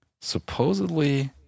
Supposedly